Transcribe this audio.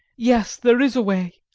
yes, there is a way,